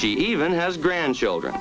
she even has grandchildren